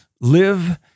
live